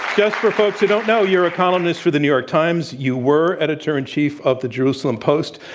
just for folks who don't know, you're a columnist for the new york times. you were editor-in-chief of the jerusalem post.